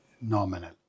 nominal